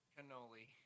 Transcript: Cannoli